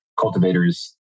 cultivators